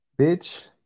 Bitch